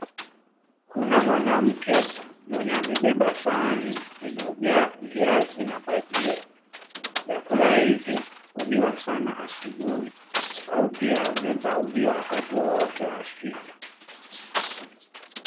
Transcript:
Kuna mwanamke mwenye amebeba sahani iliyojaa viazi na bhajia. Vyakula hivi huliwa sana asubuhi au pia inaezaliwa wakati wowote wa siku.